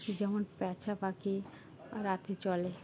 যেমন প্যাঁচা পাখি রাতে চলে